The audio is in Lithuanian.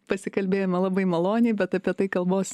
pasikalbėjome labai maloniai bet apie tai kalbos